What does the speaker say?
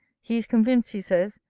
he is convinced, he says,